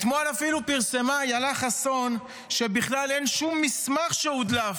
אתמול אפילו פרסמה אילה חסון שבכלל אין שום מסמך שהודלף,